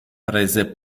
prese